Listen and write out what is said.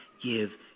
give